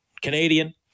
Canadian